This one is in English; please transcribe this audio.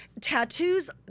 tattoos